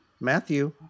Matthew